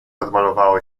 odmalowało